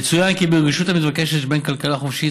יצוין כי ברגישות המתבקשת שבין כלכלה חופשית,